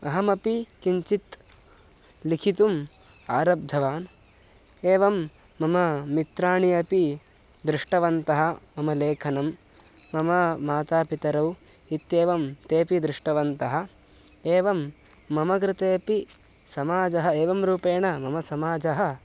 अहमपि किञ्चित् लिखितुम् आरब्धवान् एवं मम मित्राणि अपि दृष्टवन्तः मम लेखनं मम मातापितरौ इत्येवं तेऽपि दृष्टवन्तः एवं मम कृतेपि समाजः एवं रूपेण मम समाजः